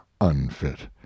unfit